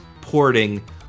porting